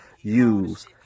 use